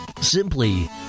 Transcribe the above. Simply